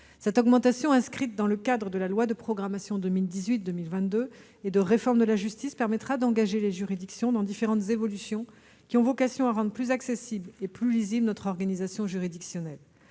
Cette augmentation, inscrite dans le cadre de la loi de programmation 2018-2022 et de réforme pour la justice, permettra aux juridictions de procéder à différentes évolutions ayant vocation à rendre plus accessible et plus lisible notre organisation juridictionnelle.